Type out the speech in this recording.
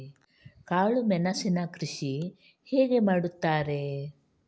ಕಾಳು ಮೆಣಸಿನ ಕೃಷಿ ಹೇಗೆ ಮಾಡುತ್ತಾರೆ?